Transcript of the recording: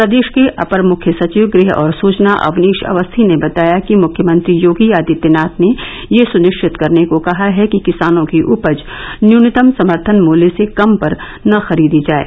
प्रदेश के अपर मुख्य सचिव गृह और सूचना अवनीश अवस्थी ने बताया कि मुख्यमंत्री योगी आदित्यनाथ ने यह सुनिश्चित करने को कहा है कि किसानों की उपज न्यूनतम समर्थन मूल्य से कम पर न खरीदी जाये